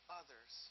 others